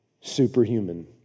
superhuman